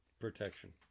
protection